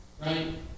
Right